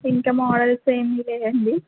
ఇంక మోడల్స్ ఏమీ లేవండి